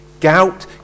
Gout